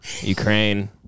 Ukraine